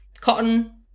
cotton